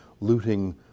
looting